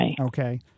Okay